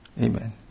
Amen